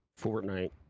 Fortnite